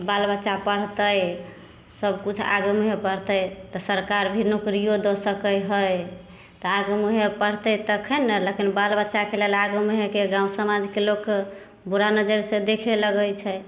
बाल बच्चा पढ़तै सबकिछु आगे मुँहे बढ़तै तऽ सरकार भी नोकरिओ दऽ सकै हइ तऽ आगू मुँहे पढ़तै तखन ने लेकिन बाल बच्चाके लेल आगे मुँहेके गाम समाजके लोक बुरा नजरि से देखे लगै छै